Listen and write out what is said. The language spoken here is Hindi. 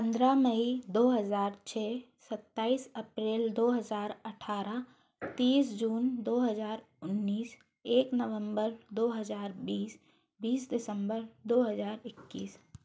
पंद्रह मई दो हज़ार छः सत्ताइस अप्रैल दो हज़ार अठारह तीस जून दो हज़ार उन्नीस एक नवम्बर दो हज़ार बीस बीस दिसम्बर दो हज़ार इक्कीस